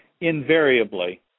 invariably